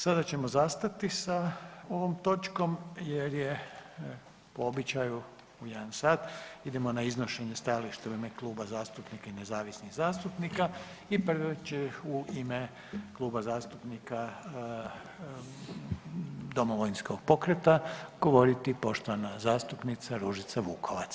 Sada ćemo zastati sa ovom točkom jer je po običaju u jedan sat idemo na iznošenje stajališta u ime kluba zastupnika i nezavisnih zastupnika i prva će u ime Kluba zastupnika Domovinskog pokrata govoriti poštovana zastupnica Ružica Vukovac.